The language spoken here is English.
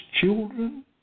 children